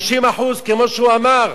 50%, כמו שהוא אמר,